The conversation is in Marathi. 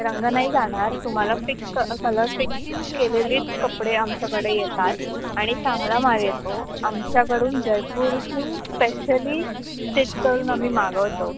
रंग नाही जाणार तुम्हाला फिक्स क कलर फिक्स केलेलीच कपडे आमच्याकडे येतात आणि चांगला माल येतो आमच्याकडून जयपूरहून स्पेशली स्टिच करून आम्ही मागवतो